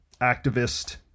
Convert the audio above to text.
activist